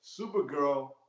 Supergirl